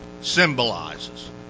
symbolizes